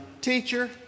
Teacher